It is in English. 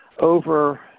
over